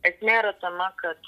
esmė yra tame kad